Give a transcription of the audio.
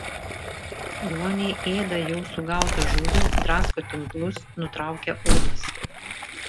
ruoniai ėda jau sugautą žuvį drasko tinklus nutraukia ūdas